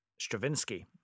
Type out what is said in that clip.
Stravinsky